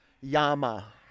yama